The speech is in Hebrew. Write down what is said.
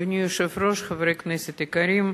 אדוני היושב-ראש, חברי הכנסת היקרים,